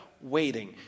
waiting